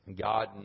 God